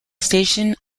station